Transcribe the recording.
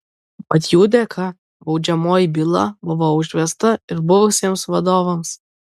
mat jų dėka baudžiamoji byla buvo užvesta ir buvusiems vadovams